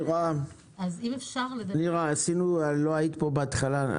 לא היית פה בהתחלה.